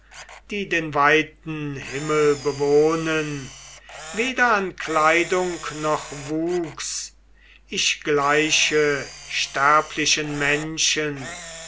die den weiten himmel bewohnen weder an kleidung noch wuchs ich gleiche sterblichen menschen